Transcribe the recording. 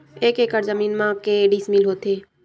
एक एकड़ जमीन मा के डिसमिल होथे?